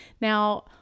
Now